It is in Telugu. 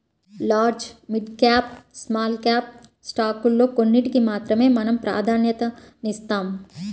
large, mid cap, small cap స్టాకుల్లో కొన్నిటికి మాత్రమే మనం ప్రాధన్యతనిస్తాం